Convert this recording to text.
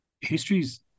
History's